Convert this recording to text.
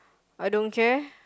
I don't care